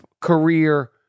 career